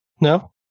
No